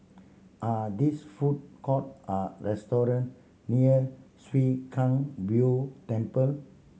are these food court or restaurant near Chwee Kang Beo Temple